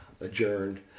adjourned